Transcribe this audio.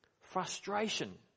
Frustration